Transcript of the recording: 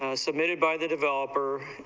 ah submitted by the developer,